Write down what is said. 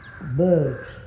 birds